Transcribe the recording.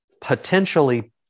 potentially